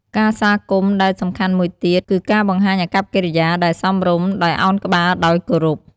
ការស្វាគមន៍ដែលសំខាន់មួយទៀត គឺការបង្ហាញអាកប្បកិរិយាដែលសមរម្យ ដោយឱនក្បាលដោយគោរព។